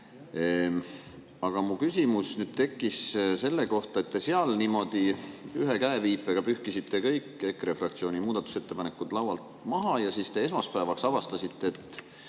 Aga mul tekkis küsimus selle kohta, et seal te niimoodi ühe käeviipega pühkisite kõik EKRE fraktsiooni muudatusettepanekud laualt maha ja siis esmaspäevaks avastasite, et